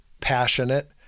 passionate